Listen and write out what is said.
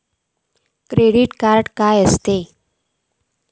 Credit card काय असता?